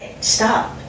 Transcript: Stop